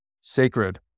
sacred